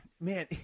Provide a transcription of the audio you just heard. man